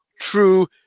true